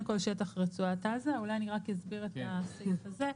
כל שטח רצועת עזה.;" אולי רק אסביר את הסעיף הזה: